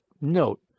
note